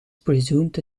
presumed